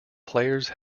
players